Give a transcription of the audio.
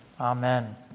Amen